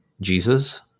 Jesus